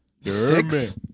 Six